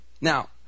Now